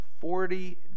Forty